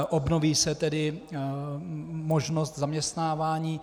Obnoví se tedy možnost zaměstnávání.